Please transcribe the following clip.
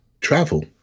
travel